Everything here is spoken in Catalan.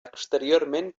exteriorment